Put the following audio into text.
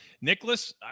Nicholas